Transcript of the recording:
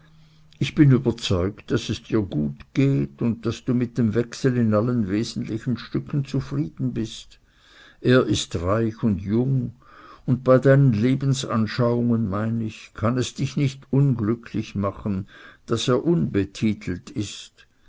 ich bin überzeugt daß es dir gut geht und daß du mit dem wechsel in allen wesentlichen stücken zufrieden bist er ist reich und jung und bei deinen lebensanschauungen mein ich kann es dich nicht unglücklich machen daß er